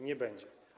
Nie będzie.